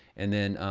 and then,